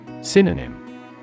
Synonym